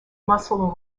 muscle